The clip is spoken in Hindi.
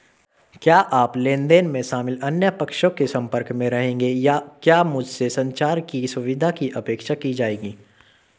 क्या आप लेन देन में शामिल अन्य पक्षों के संपर्क में रहेंगे या क्या मुझसे संचार की सुविधा की अपेक्षा की जाएगी?